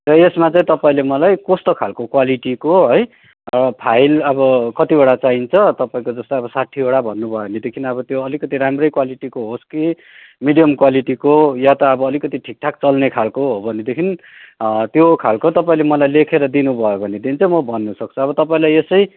र यसमा चाहिँ तपाईँले मलाई कस्तो खालको क्वालिटीको है फाइल अब कतिवटा चाहिन्छ तपाईँको जस्तै अब साठीवटा भन्नुभयो भनेदेखि अब त्यो अलिकति राम्रै क्वालिटी होस् कि मिडियम क्वालिटीको कि या त अब अलिकति ठिकठाक चल्ने खालको हो भनेदेखि त्यो खालको तपाईँले मलाई लेखेर दिनुभयो भनेदेखि चाहिँ म भन्नसक्छु अब तपाईँलाई यसै